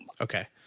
Okay